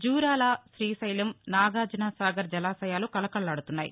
జూరాల శ్రీశైలం నాగార్జుసాగర్ జలాశయాలు కళకళలాదుతున్నాయి